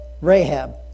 Rahab